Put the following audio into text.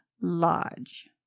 Lodge